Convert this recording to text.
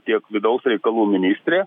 tiek vidaus reikalų ministrė